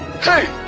Hey